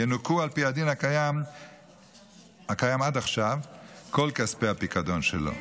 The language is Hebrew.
ינוכו על פי הדין הקיים עד עכשיו כל כספי הפיקדון שלו.